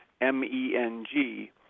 m-e-n-g